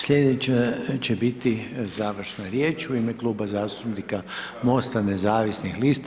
Sljedeća će biti završna riječ, u ime kluba zastupnika MOST-a nezavisnih lista.